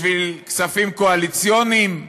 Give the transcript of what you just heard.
בשביל כספים קואליציוניים?